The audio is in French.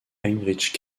heinrich